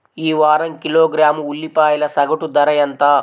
ఈ వారం కిలోగ్రాము ఉల్లిపాయల సగటు ధర ఎంత?